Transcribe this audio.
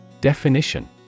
Definition